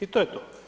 I to je to.